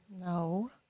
No